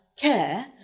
care